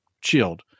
chilled